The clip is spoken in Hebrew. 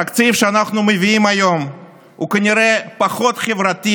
התקציב שאנחנו מביאים היום הוא כנראה פחות חברתי